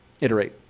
iterate